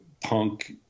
punk